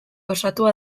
osatua